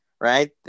right